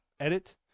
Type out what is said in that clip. Edit